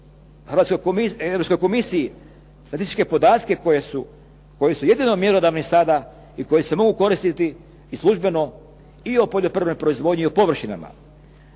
Europskoj komisiji statističke podatke koji su jedino mjerilo … /Govornik se ne razumije./… i koje se mogu koristiti i službeno i o poljoprivrednoj proizvodnji i o površinama.